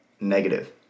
negative